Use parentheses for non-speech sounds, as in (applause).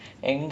(laughs)